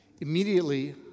Immediately